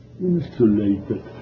insulated